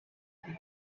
die